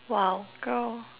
!wow! girl